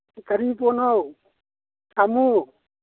ꯀꯔꯤ ꯄꯣꯠꯅꯣ ꯁꯥꯃꯨꯛ